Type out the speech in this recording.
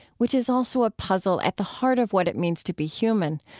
which is also a puzzle at the heart of what it means to be human,